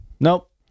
Nope